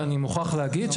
ואני מוכרח להגיד,